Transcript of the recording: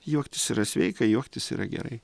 juoktis yra sveika juoktis yra gerai